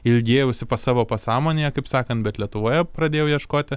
ilgėjausi pas savo pasąmonėje kaip sakant bet lietuvoje pradėjau ieškoti